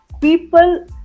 people